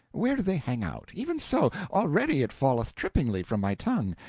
where do they hang out. even so! already it falleth trippingly from my tongue,